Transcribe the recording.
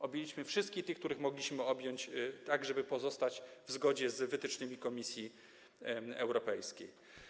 Objęliśmy wszystkich tych, których mogliśmy objąć, tak żeby pozostać w zgodzie z wytycznymi Komisji Europejskiej.